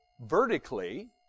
vertically